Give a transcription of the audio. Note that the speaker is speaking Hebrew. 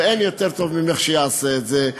ואין יותר טוב ממך שיעשה את זה,